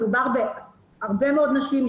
מדובר בהרבה מאוד נשים,